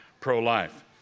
pro-life